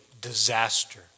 disaster